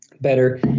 better